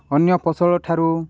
ଅନ୍ୟ ଫସଲଠାରୁ